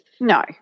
No